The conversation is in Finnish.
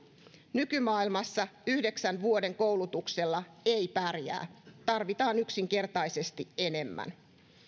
nykymaailmassa yhdeksän vuoden koulutuksella ei pärjää tarvitaan yksinkertaisesti enemmän